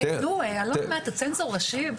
אלון, מה אתה צנזור ראשי?